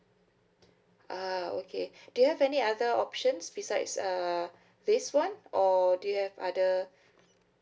ah okay do you have any other options besides uh this [one] or do you have other